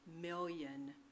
million